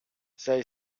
zij